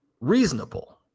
reasonable